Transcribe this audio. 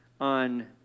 on